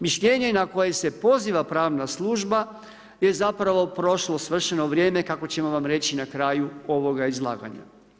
Mišljenje na koje se poziva pravna služba je zapravo prošlo svršeno vrijeme, kako ćemo vam reći na kraju ovoga izlaganja.